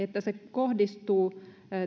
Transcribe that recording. että se kohdistuu